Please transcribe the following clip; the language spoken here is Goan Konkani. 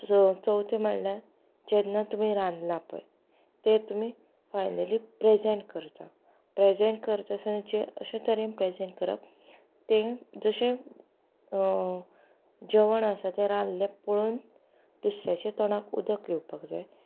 चवथें म्हणल्यार जेन्ना तुमी रांदलां पळय तें तुमी फायनली प्रेजेंट करता प्रेजेंट करता आसतना जें अशे तरेन प्रेजेंट करप तें जशें जेवण आसा तें रांदिल्लें पळोवन दुसऱ्याच्या तोंडाक उदक येवपाक जाय